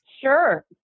Sure